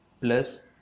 plus